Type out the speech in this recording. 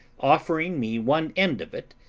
offering me one end of it,